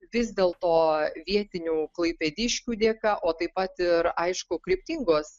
vis dėl to vietinių klaipėdiškių dėka o taip pat ir aišku kryptingos